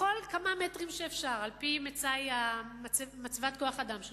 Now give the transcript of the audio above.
בכל כמה מטרים שאפשר, על-פי מצבת כוח-האדם שלך,